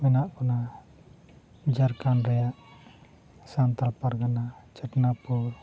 ᱢᱮᱱᱟᱜ ᱵᱚᱱᱟ ᱡᱷᱟᱲᱠᱷᱚᱸᱰ ᱨᱮᱭᱟᱜ ᱥᱟᱱᱛᱟᱞ ᱯᱟᱨᱜᱟᱱᱟ ᱪᱚᱴᱱᱟᱜᱯᱩᱨ